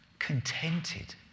contented